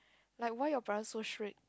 like why your parents so strict